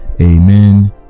Amen